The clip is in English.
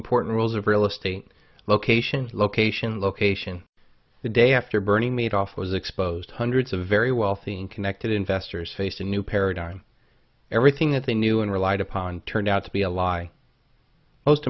important rules of real estate location location location the day after burning meat off was exposed hundreds of very wealthy and connected investors face a new paradigm everything that they knew and relied upon turned out to be a lie most